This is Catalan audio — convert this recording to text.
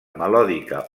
melòdica